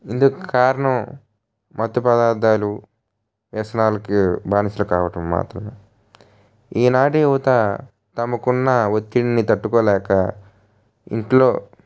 ఇందుకు కారణం మత్తు పదార్థాలు వ్యసనాలకి బానిసలు కావటం మాత్రమే ఈనాటి యువత తమకు ఉన్న ఒత్తిడిని తట్టుకోలేక ఇంట్లో